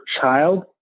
child